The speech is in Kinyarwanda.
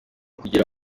kugira